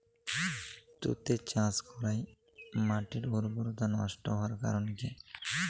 তুতে চাষ করাই মাটির উর্বরতা নষ্ট হওয়ার কারণ কি?